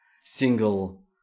single